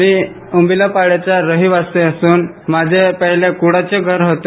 मी उमीलापाड्याचा रहिवासी असून माझे पहिले कुड्याचे घर होते